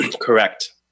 Correct